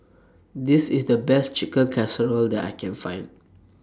This IS The Best Chicken Casserole that I Can Find